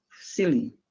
silly